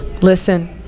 listen